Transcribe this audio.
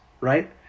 right